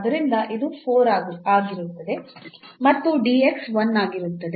ಆದ್ದರಿಂದ ಇದು 4 ಆಗಿರುತ್ತದೆ ಮತ್ತು dx 1 ಆಗಿರುತ್ತದೆ